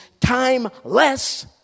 timeless